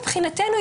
מבחינתנו,